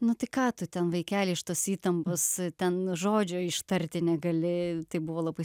nu tai ką tu ten vaikeli iš tos įtampos ten žodžio ištarti negali tai buvo labai